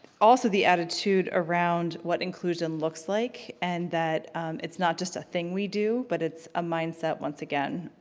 also the attitude around what inclusion looks like, and that it's not just a thing we do but it's a mindset once again.